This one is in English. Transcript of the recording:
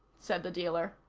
said the dealer.